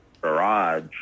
garage